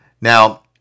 Now